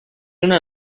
una